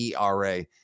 ERA